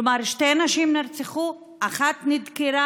כלומר שתי נשים נרצחו ואחת נדקרה.